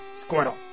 Squirtle